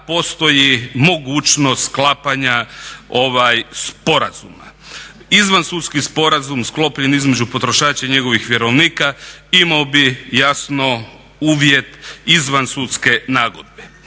postoji mogućnost sklapanja sporazuma. Izvansudski sporazum sklopljen između potrošača i njegovih vjerovnika imao bi jasno uvjet izvansudske nagodbe.